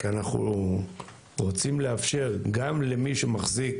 כי אנחנו רוצים לאפשר גם למי שמחזיק